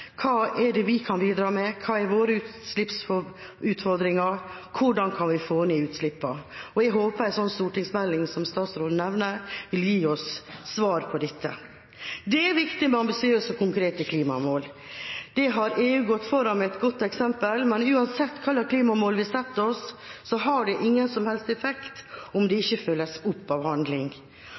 Hva er det vi kan bidra med? Hva er våre utslippsutfordringer? Hvordan kan vi få ned utslippene? Jeg håper en slik stortingsmelding som statsråden nevner, vil gi oss svar på dette. Det er viktig med ambisiøse og konkrete klimamål. Der har EU gått foran med et godt eksempel. Men uansett hva slags klimamål vi har satt oss, så har det ingen som helst effekt om det ikke følges opp av handling.